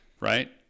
Right